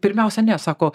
pirmiausia ne sako